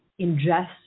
ingest